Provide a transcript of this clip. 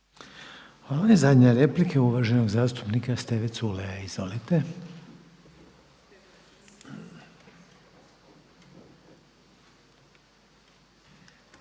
Hvala. I zadnja replika uvaženog zastupnika Steve Culeja. Izvolite.